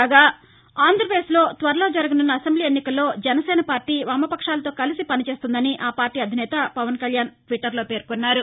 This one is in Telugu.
కాగా ఆంధ్రప్రదేశ్లో త్వరలో జరగనున్న అసెంబ్లీ ఎన్నికల్లో జనసేన పార్టీ వామపక్షాలతో కలసి పని చేస్తుందని ఆ పార్టీ అధినేత పవన్ కళ్యాణ్ ట్విట్టర్లో పేర్కొన్నారు